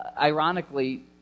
Ironically